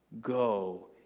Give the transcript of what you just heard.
go